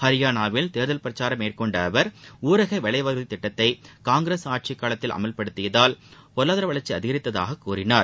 ஹரியானாவில் தேர்தல் பிரச்சாரம் மேற்கொண்ட அவர் ஊரக வேலைவாய்ப்பு உறுதித் திட்டத்தை காங்கிரஸ் ஆட்சிக் காலத்தில் அமல்படுத்தியதால் பொருளாதார வளர்ச்சி அதிகரித்ததாகக் கூறினார்